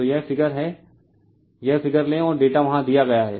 तो यह फिगर है यह फिगर लें और डेटा वहां दिया गया है